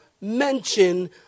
mention